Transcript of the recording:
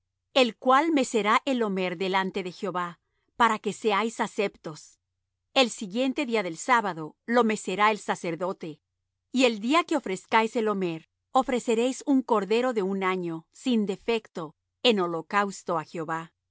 el cual mecerá el omer delante de jehová para que seáis aceptos el siguiente día del sábado lo mecerá el sacerdote y el día que ofrezcáis el omer ofreceréis un cordero de un año sin defecto en holocausto á jehová